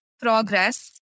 progress